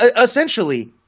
essentially